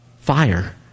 fire